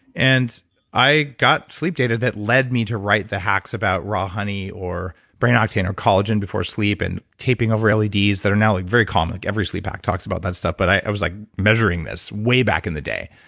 and i got sleep data that led me to write the hacks about raw honey or brain octane or collagen before sleep, and taping over leds that are now like very common, like every sleep hack talks about that stuff but i was like measuring this way back in the day,